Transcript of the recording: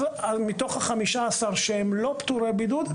אז מתוך ה-15 שהם לא פטורי בידוד,